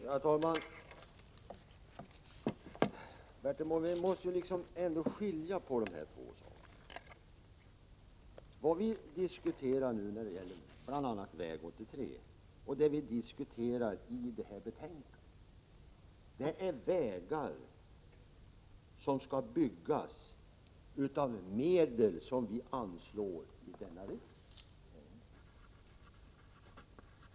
Herr talman! Bertil Måbrink måste skilja på två saker, Vad vi diskuterar när det gäller bl.a. väg 83 och det vi diskuterar i det föreliggande betänkandet är vägar som skall byggas av medel som riksdagen anslår.